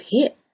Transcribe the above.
hit